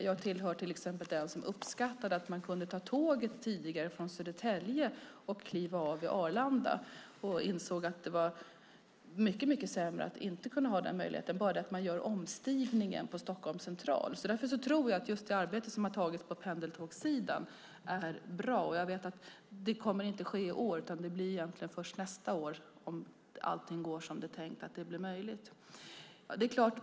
Jag tillhör exempelvis de som uppskattade att man tidigare kunde ta tåget till Södertälje och kliva av vid Arlanda och insåg att det var mycket sämre att inte ha den möjligheten, bara detta att man gör omstigningen på Stockholms Central. Därför tror jag att det arbete som har tagits på pendeltågssidan är bra. Jag vet att det inte kommer att ske i år utan blir först nästa år, om allt går som det är tänkt att det ska vara möjligt.